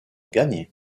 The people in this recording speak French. gagné